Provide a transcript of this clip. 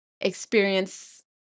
experience